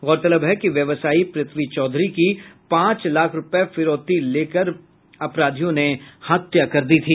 गौरतलब है कि व्यवसायी पृथ्वी चौधरी की पांच लाख रूपये फिरौती लेकर अपराधियों ने हत्या कर दी थी